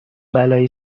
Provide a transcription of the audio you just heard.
بلایی